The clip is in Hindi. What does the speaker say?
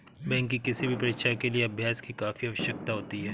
बैंक की किसी भी परीक्षा के लिए अभ्यास की काफी आवश्यकता होती है